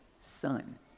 son